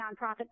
nonprofit